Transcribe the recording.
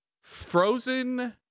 frozen